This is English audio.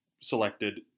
selected